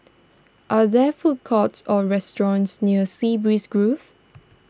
are there food courts or restaurants near Sea Breeze Grove